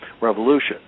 revolution